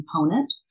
component